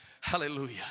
Hallelujah